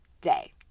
day